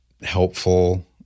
helpful